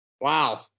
Wow